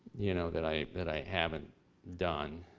you know, that i that i haven't done.